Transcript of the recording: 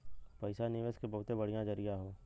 पइसा निवेस के बहुते बढ़िया जरिया हौ